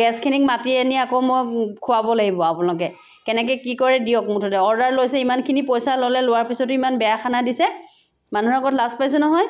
গেষ্টখিনিক মাতি আনি আকৌ মই খুৱাব লাগিব আপোনালোকে কেনেকৈ কি কৰে দিয়ক মুঠতে অৰ্ডাৰ লৈছে ইমানখিনি পইচা ল'লে লোৱাৰ পিছতো ইমান বেয়া খানা দিছে মানুহৰ আগত লাজ পাইছোঁ নহয়